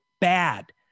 bad